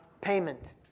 payment